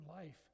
life